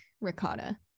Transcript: ricotta